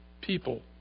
people